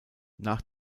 nach